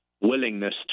willingness